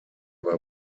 war